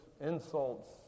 insults